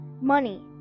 money